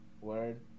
Word